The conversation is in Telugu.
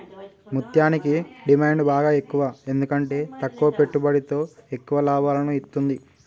ముత్యనికి డిమాండ్ బాగ ఎక్కువ ఎందుకంటే తక్కువ పెట్టుబడితో ఎక్కువ లాభాలను ఇత్తుంది